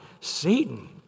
Satan